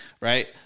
right